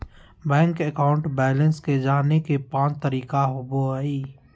bank account balance के जाने के पांच तरीका होबो हइ